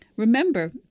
Remember